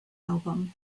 album